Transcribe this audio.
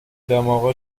دماغ